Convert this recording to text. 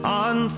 on